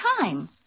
time